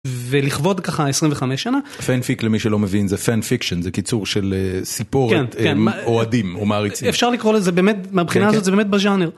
ולכבוד ככה 25 שנה, פאנפיק למי שלא מבין זה פאנפיקשן, זה קיצור של סיפורת עם אוהדים או מעריצים. אפשר לקרוא לזה באמת מהבחינה הזאת זה באמת בז'אנר.